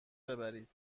ببرید